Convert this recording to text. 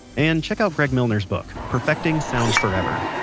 and check out greg milner's book, perfecting sound forever.